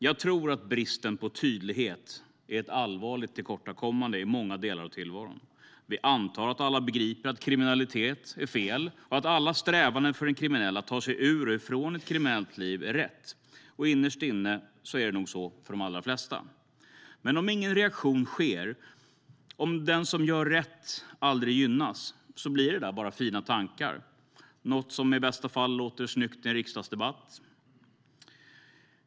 Jag tror att bristen på tydlighet är ett allvarligt tillkortakommande i många delar av tillvaron. Vi antar att alla begriper att kriminalitet är fel och att alla strävanden för en kriminell att ta sig ur och ifrån ett kriminellt liv är rätt. Innerst inne är det nog så för de allra flesta. Men om ingen reaktion sker och den som gör rätt aldrig gynnas blir det där bara fina tankar - något som i bästa fall låter snyggt i en riksdagsdebatt.